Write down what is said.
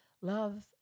love